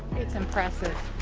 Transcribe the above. it's impressive.